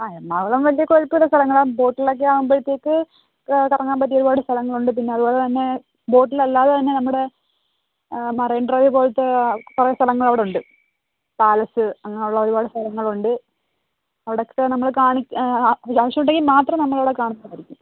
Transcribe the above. എറണാകുളം വലിയ കുഴപ്പമില്ലാത്ത സ്ഥലങ്ങളാണ് ബോട്ടിലൊക്കെ ആവുമ്പോഴത്തേക്ക് കറങ്ങാൻ പറ്റിയ ഒരുപാട് സ്ഥലങ്ങളുണ്ട് പിന്നെ അതുപോലെ തന്നെ ബോട്ടിൽ അല്ലാതെ തന്നെ നമ്മുടെ മറൈൻ ഡ്രൈവ് പോലത്തെ കുറെ സ്ഥലങ്ങളവിടെ ഉണ്ട് പാലസ് അങ്ങനെ ഉള്ള ഒരുപാട് സ്ഥലങ്ങളുണ്ട് അവിടൊക്കെ നമ്മൾ കാണിക്കാം ആവശ്യമുണ്ടെങ്കിൽ മാത്രം നമ്മൾ അവിടെ കാണിക്കുന്നതായിരിക്കും